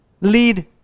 lead